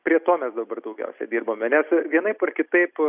prie to mes dabar daugiausiai dirbame nes vienaip ar kitaip